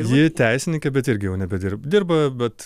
ji teisininkė bet irgi jau nebedir dirba bet